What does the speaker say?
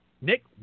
Nick